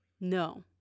no